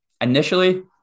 initially